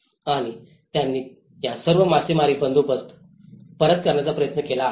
आणि त्यांनी या सर्व मासेमारी बंदोबस्त परत करण्याचा प्रयत्न केला आहे